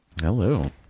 Hello